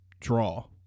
draw